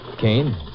Kane